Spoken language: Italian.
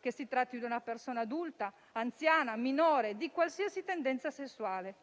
che si tratti di una persona adulta, anziana o minore di qualsiasi tendenza sessuale.